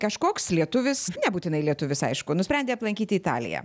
kažkoks lietuvis nebūtinai lietuvis aišku nusprendė aplankyti italiją